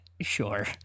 Sure